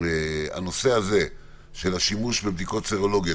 שהנושא הזה של השימוש בבדיקות סרולוגיות,